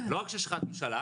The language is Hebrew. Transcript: לא רק שיש החלטת ממשלה,